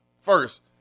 First